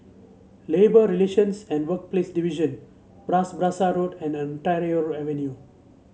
Labour Relations and Workplaces Division Bras Basah Road and Ontario Avenue